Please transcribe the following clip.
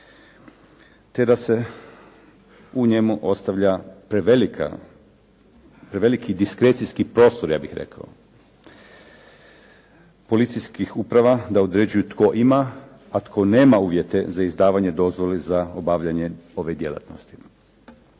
te da se u njemu ostavlja preveliki diskrecijski prostor ja bih rekao policijskih uprava da određuju tko ima, a tko nema uvjete za izdavanje dozvole za obavljanje ove djelatnosti.